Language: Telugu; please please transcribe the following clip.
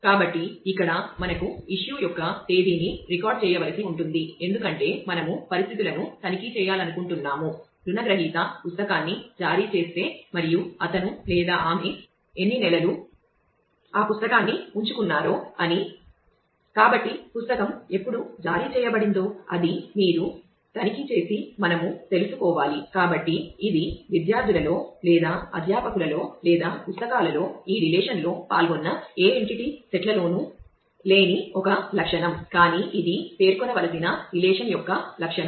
కాబట్టి ఇక్కడ మనకు ఇష్యూ యొక్క లక్షణం